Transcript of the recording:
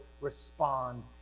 respond